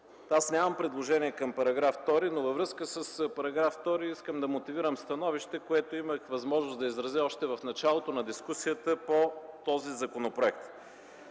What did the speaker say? Аз нямам предложение към § 2, но във връзка с § 2 искам да мотивирам становище, което имах възможност да изразя още в началото на дискусията по този законопроект.